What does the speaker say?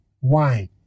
wine